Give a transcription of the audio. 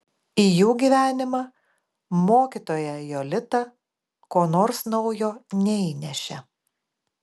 į jų gyvenimą mokytoja jolita ko nors naujo neįnešė